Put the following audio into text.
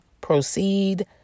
proceed